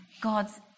God's